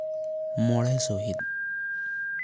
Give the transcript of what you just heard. ᱢᱚᱬᱮ ᱥᱚᱦᱤᱛ